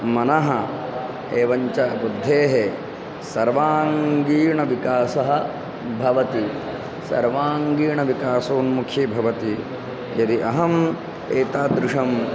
मनः एवञ्च बुद्धेः सर्वाङ्गीणविकासः भवति सर्वाङ्गीणविकासोन्मुखी भवति यदि अहम् एतादृशम्